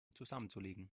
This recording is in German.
zusammenzulegen